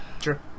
Sure